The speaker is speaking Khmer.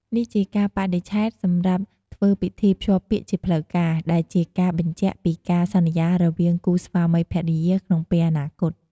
នេះជាកាលបរិច្ឆេទសម្រាប់ធ្វើពិធីភ្ជាប់ពាក្យជាផ្លូវការ ដែលជាការបញ្ជាក់ពីការសន្យារបស់គូស្វាមីភរិយាក្នុងពេលអនាគត។